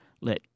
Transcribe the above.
let